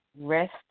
Rest